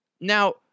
Now